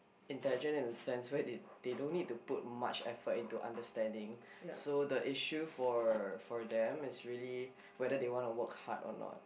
intelligent in the sense where they they don't need to put much effort into understanding so the issue for for them is whether they want to work hard or not